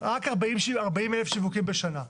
רק 40,000 שיווקים בשנה.